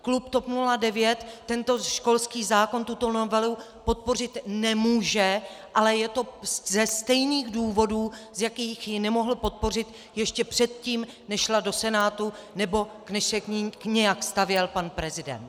Klub TOP 09 tento školský zákon, tuto novelu, podpořit nemůže, ale je to ze stejných důvodů, z jakých ji nemohl podpořit ještě předtím, než šla do Senátu nebo než se k ní nějak stavěl pan prezident.